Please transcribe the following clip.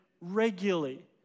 regularly